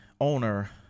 owner